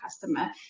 customer